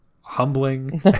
humbling